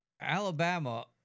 Alabama